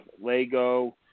Lego